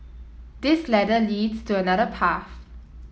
this ladder leads to another path